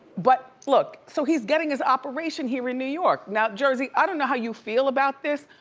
but look, so he's getting his operation here in new york. now jersey, i don't know how you feel about this.